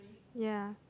ya